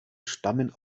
stammen